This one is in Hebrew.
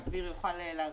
מר דביר יוכל להרחיב.